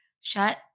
shut